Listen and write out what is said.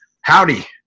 howdy